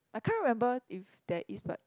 I can't remember if there is but